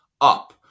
up